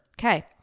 Okay